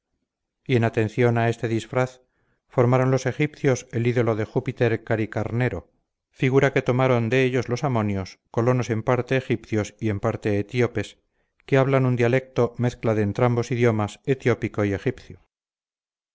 y en atención a este disfraz formaron los egipcios el ídolo de júpiter caricarnero figura que tomaron de ellos los amonios colonos en parte egipcios y en parte etíopes que hablan un dialecto mezcla de entrambos idiomas etiópico y